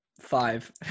five